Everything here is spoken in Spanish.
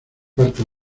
parte